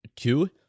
Two